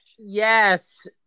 Yes